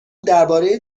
درباره